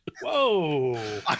Whoa